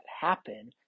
happen